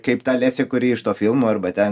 kaip ta lesė kuri iš to filmo arba ten